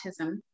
autism